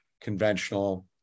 conventional